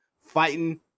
fighting